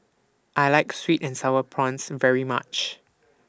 I like Sweet and Sour Prawns very much